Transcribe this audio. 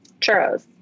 Churros